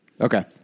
Okay